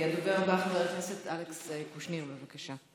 הדובר הבא חבר הכנסת אלכס קושניר, בבקשה.